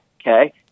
Okay